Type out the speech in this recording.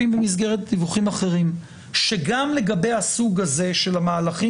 ואם במסגרת דיווחים אחרים שגם לגבי הסוג הזה של מהלכים